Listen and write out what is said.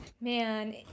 man